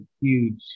huge